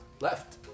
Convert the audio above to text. Left